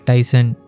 Tyson